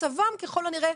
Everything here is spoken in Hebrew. מצבם ככל הנראה,